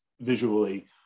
visually